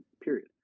period